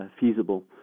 feasible